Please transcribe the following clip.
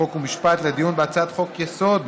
חוק ומשפט לדיון בהצעת חוק-יסוד: